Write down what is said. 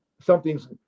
something's